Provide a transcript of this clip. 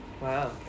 Wow